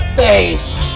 face